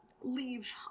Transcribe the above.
leave